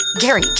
Gary